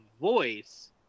voice